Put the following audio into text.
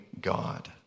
God